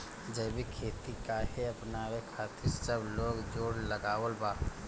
जैविक खेती काहे अपनावे खातिर सब लोग जोड़ लगावत बा?